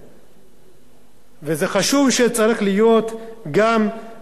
זה חשוב גם לציבור הישראלי.